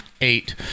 eight